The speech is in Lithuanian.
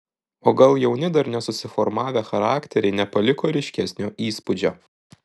o gal jauni dar nesusiformavę charakteriai nepaliko ryškesnio įspūdžio